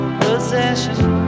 possessions